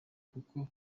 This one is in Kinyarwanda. kuko